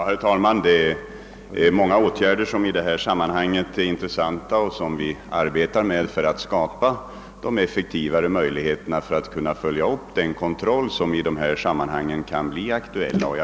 Herr talman! Det är många åtgärder som i detta sammanhang är intressanta. Vi arbetar på att skapa effektivare möjligheter till den kontroll som kan bli aktuell.